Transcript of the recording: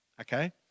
okay